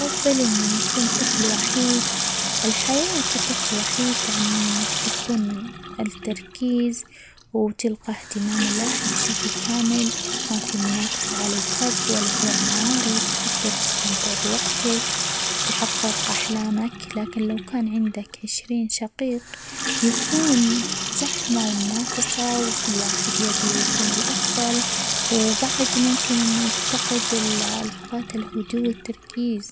بفضل إني أكون طفل وحيد، الحياة كطفل وحيد تعني إنك تكون التركيز ،وتلقى إهتمام الأهل بشكل كامل ،وما في منافسة على الحب، ولا على الموارد ،وتقدر تستمتع بوقتك، وتحقق أحلامك ،لكن لو كان عندك عشرين شقيق يكون زحمة ،ومنافسة، وكل واحد يبي يكون الأفضل، وبعد ممكن إنه يفتقد -ال - لحظات الهدوء والتركيز.